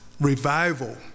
revival